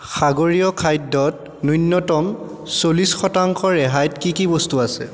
সাগৰীয় খাদ্যত নূন্যতম চল্লিছ শতাংশ ৰেহাইত কি কি বস্তু আছে